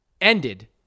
ended